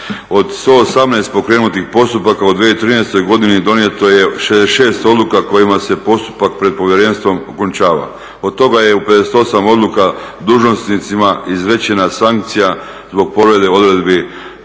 Od 118 pokrenutih postupaka u 2013.godini donijeto je 66 odluka kojima se postupak pred povjerenstvom okončava. Od toga je u 58 odluka dužnosnicima izrečena sankcija zbog povrede odredbi